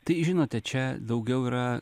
tai žinote čia daugiau yra